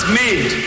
made